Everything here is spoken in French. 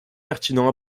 pertinents